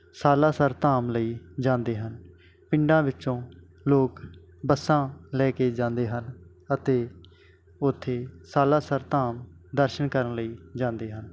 ਸਾਲਾਸਰਧਾਮ ਲਈ ਜਾਂਦੇ ਹਨ ਪਿੰਡਾਂ ਵਿੱਚੋਂ ਲੋਕ ਬੱਸਾਂ ਲੈ ਕੇ ਜਾਂਦੇ ਹਨ ਅਤੇ ਉੱਥੇ ਸਾਲਾਸਰਧਾਮ ਦਰਸ਼ਨ ਕਰਨ ਲਈ ਜਾਂਦੇ ਹਨ